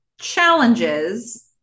challenges